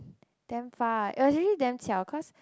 damn far eh it was really damn qiao cause